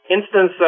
instance